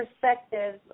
perspective